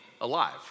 alive